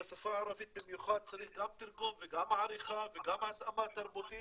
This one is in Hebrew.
בשפה הערבית במיוחד צריך גם תרגום וגם עריכה וגם התאמה תרבותית.